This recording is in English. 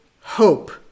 hope